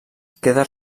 queda